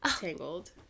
Tangled